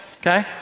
okay